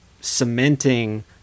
cementing